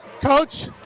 Coach